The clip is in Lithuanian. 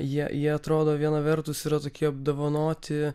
jie jie atrodo viena vertus yra tokie apdovanoti